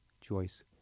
Joyce